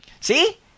See